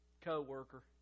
co-worker